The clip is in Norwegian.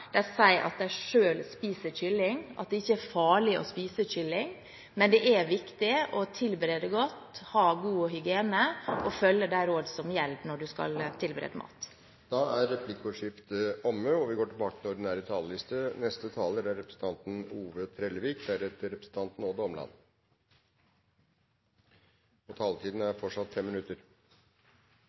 saken, sier at de selv spiser kylling, og at det ikke er farlig å spise kylling, men det er viktig å tilberede godt, ha god hygiene og følge de råd som gjelder når en skal tilberede mat. Replikkordskiftet er omme. Statsbudsjettet for 2015 er eit sterkt og framtidsretta budsjett for kunnskap og konkurransekraft. Ei historisk satsing på bl.a. forsking og skattelette vil bidra til å sikra norske arbeidsplassar og